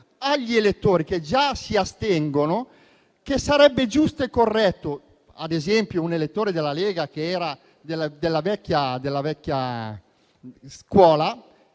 agli elettori, che già si astengono, che sarebbe giusto e corretto che, ad esempio, un elettore della Lega della vecchia scuola